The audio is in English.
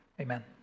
Amen